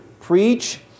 Preach